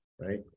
right